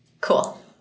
Cool